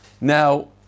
Now